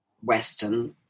Western